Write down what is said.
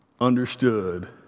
understood